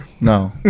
No